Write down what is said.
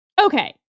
Okay